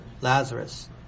Lazarus